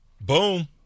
Boom